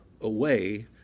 away